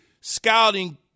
scouting